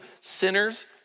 Sinners